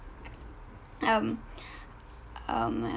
um um my